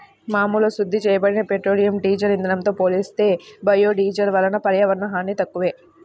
మామూలు శుద్ధి చేయబడిన పెట్రోలియం, డీజిల్ ఇంధనంతో పోలిస్తే బయోడీజిల్ వలన పర్యావరణ హాని తక్కువే